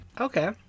Okay